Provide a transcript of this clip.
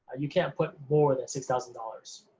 you can't put more than six thousand dollars.